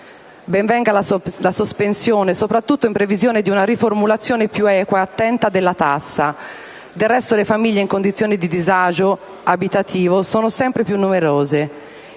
Ben venga la sospensione, soprattutto in previsione di una riformulazione più equa e attenta della tassa. Del resto, le famiglie in condizioni di disagio abitativo sono sempre più numerose: